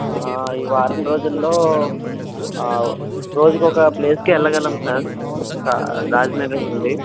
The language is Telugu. ఈ వారం రోజుల్లో రోజుకొక ప్లేస్కి వెళ్ళగలం సార్ కా రాజమండ్రి నుండి